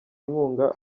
inkunga